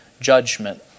judgment